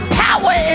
power